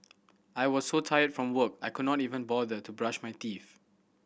I was so tired from work I could not even bother to brush my teeth